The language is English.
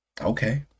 okay